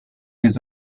les